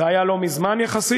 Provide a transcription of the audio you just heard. זה היה לא מזמן יחסית.